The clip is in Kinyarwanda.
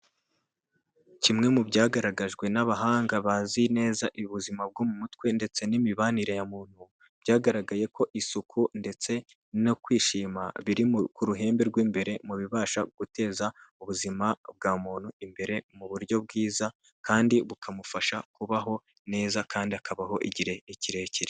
Kimwe mu byagaragajwe n'abahanga bazi neza ubuzima bwo mu mutwe ndetse n'imibanire ya muntu byagaragaye ko isuku ndetse no kwishima biri ku ruhembe rw'imbere mu bibasha guteza ubuzima bwa muntu imbere mu buryo bwiza kandi bukamufasha kubaho neza kandi akabaho igihe kirekire.